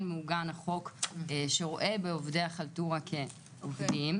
מעוגן החוק שרואה בעובדי החלטורה כעובדים.